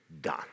done